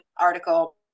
article